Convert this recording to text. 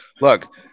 Look